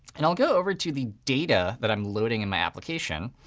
and i'll go over to the data that i'm loading in my application,